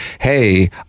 hey